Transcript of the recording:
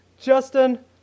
Justin